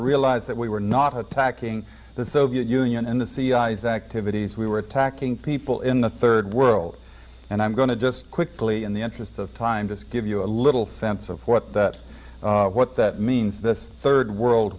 realized that we were not attacking the soviet union and the cia's activities we were attacking people in the third world and i'm going to just quickly in the interest of time just give you a little sense of what that what that means this third world